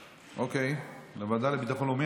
אוקיי, לוועדה לביטחון לאומי.